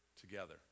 together